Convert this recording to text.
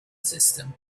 system